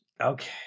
Okay